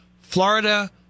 Florida